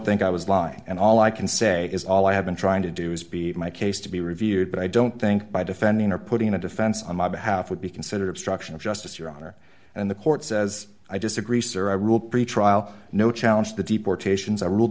think i was lying and all i can say is all i have been trying to do is beat my case to be reviewed but i don't think by defending or putting in a defense on my behalf would be considered obstruction of justice your honor and the court says i disagree sir i rule pretrial no challenge the deportations i ruled